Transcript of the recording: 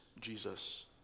Jesus